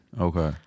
Okay